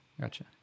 Gotcha